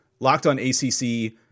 LockedOnACC